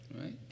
right